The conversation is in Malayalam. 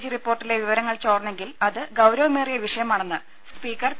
ജി റിപ്പോർട്ടിലെ വിവരങ്ങൾ ചോർന്നെങ്കിൽ അത് ഗൌരവമേറിയ വിഷയമാണെന്ന് സ്പീക്കർ പി